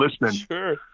listening